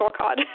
scorecard